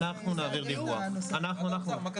בסוף כל מה שאנחנו עושים, אנחנו משנים את